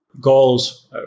goals